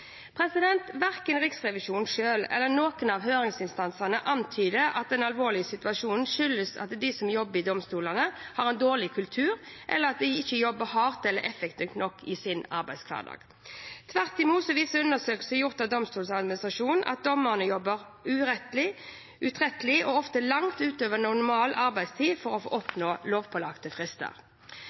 Verken Riksrevisjonen selv eller noen av høringsinstansene antyder at den alvorlige situasjonen skyldes at de som jobber i domstolene, har en dårlig kultur, eller at de ikke jobber hardt eller effektivt nok i sin arbeidshverdag. Tvert imot viser undersøkelser gjort av Domstoladministrasjonen at dommere jobber utrettelig og ofte langt utover normal arbeidstid for å nå lovpålagte frister.